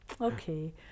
Okay